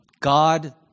God